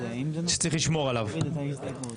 נסיים את ההצבעה ותעשו את התייעצות סיעתית אחרי זה.